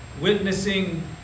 witnessing